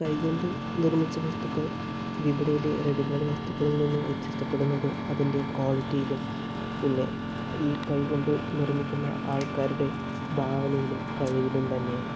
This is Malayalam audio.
കൈ കൊണ്ട് നിർമ്മിച്ച വസ്തുക്കൾ വിപണിയിൽ റെഡി മെയ്ഡ് വസ്തുക്കളിൽ നിന്ന് വ്യത്യസ്തപ്പെടുന്നത് അതിൻ്റെ ക്വാളിറ്റിയിലും പിന്നെ ഈ കൈ കൊണ്ട് നിർമ്മിക്കുന്ന ആൾക്കാരുടെ ഭാവനയിലും കഴിവിലും തന്നെയാണ്